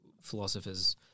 philosophers